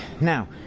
Now